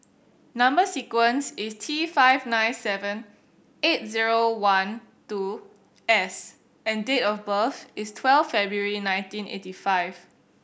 number sequence is T five nine seven eight zero one two S and date of birth is twelve February nineteen eighty five